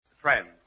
Friends